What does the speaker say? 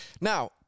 Now